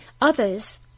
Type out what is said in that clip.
Others